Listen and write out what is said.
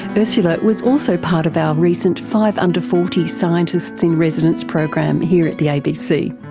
but ursula was also part of our recent five under forty scientists in residence program here at the abc.